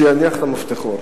שיניח את המפתחות.